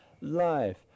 life